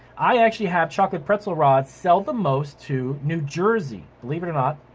i actually have chocolate pretzel rods sell the most to new jersey. believe it or not.